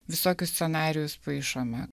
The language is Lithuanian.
visokius scenarijus paišome